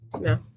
No